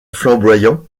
flamboyant